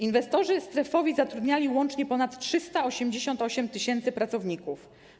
Inwestorzy strefowi zatrudniali łącznie ponad 388 tys. pracowników.